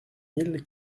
mille